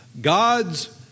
God's